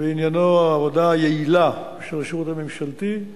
ועניינו העבודה היעילה של השירות הממשלתי,